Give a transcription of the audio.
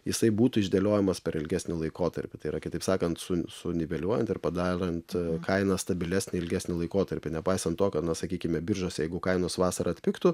jisai būtų išdėliojamas per ilgesnį laikotarpį tai yra kitaip sakant su suniveliuojant ir padarant kainą stabilesnį ilgesnį laikotarpį nepaisant to kad na sakykime biržos jeigu kainos vasarą atpigtų